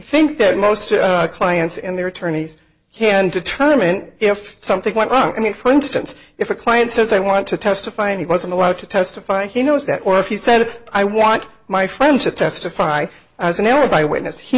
think that most clients and their attorneys can determine if something went wrong i mean for instance if a client says i want to testify and he wasn't allowed to testify he knows that or if he said i want my friend to testify as an alibi witness he